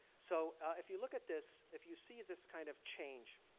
so, if you look at this, if you see this kind of change